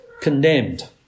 condemned